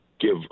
give